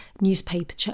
newspaper